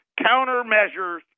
countermeasures